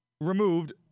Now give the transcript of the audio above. removed